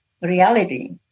reality